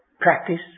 practice